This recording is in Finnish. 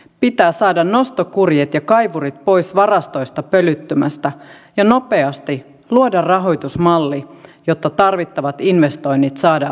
pitää saada nostokurjet ja kaivurit pois varastoista pölyttymästä ja pitää nopeasti luoda rahoitusmalli jotta tarvittavat investoinnit saadaan liikkeelle